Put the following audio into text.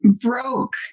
broke